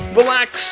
relax